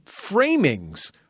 framings